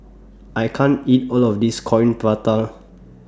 I can't eat All of This Coin Prata